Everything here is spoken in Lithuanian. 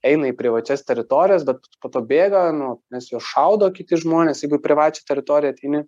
eina į privačias teritorijas bet po to bėga nu nes juos šaudo kiti žmonės jeigu į privačią teritoriją ateini